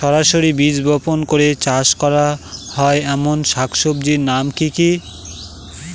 সরাসরি বীজ বপন করে চাষ করা হয় এমন শাকসবজির নাম কি কী?